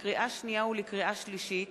לקריאה שנייה ולקריאה שלישית: